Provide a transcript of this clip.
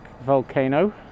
volcano